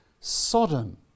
Sodom